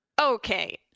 Okay